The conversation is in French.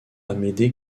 amédée